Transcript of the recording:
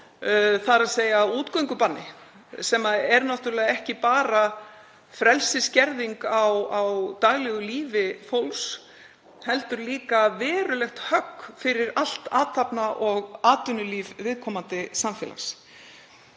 áðan, þ.e. útgöngubann, sem er náttúrlega ekki bara frelsisskerðing á daglegu lífi fólks heldur líka verulegt högg fyrir allt athafna- og atvinnulíf viðkomandi samfélags.